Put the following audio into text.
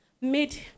made